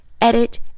edit